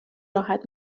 راحت